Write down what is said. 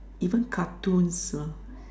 even cartoons